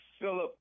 Philip